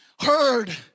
heard